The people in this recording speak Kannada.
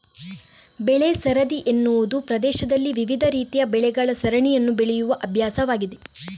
ಬೆಳೆ ಸರದಿ ಎನ್ನುವುದು ಪ್ರದೇಶದಲ್ಲಿ ವಿವಿಧ ರೀತಿಯ ಬೆಳೆಗಳ ಸರಣಿಯನ್ನು ಬೆಳೆಯುವ ಅಭ್ಯಾಸವಾಗಿದೆ